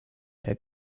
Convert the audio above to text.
der